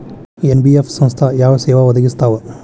NBF ಸಂಸ್ಥಾ ಯಾವ ಸೇವಾ ಒದಗಿಸ್ತಾವ?